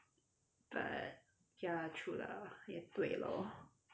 but ya true lah 对 lor